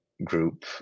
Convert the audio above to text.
group